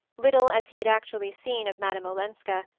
little as he had actually seen of madame olenska,